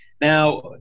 Now